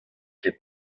ket